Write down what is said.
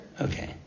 Okay